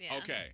okay